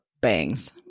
bangs